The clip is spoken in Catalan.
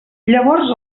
llavors